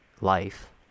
life